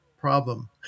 problem